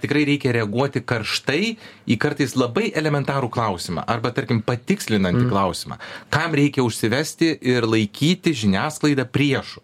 tikrai reikia reaguoti karštai į kartais labai elementarų klausimą arba tarkim patikslinantį klausimą kam reikia užsivesti ir laikyti žiniasklaidą priešo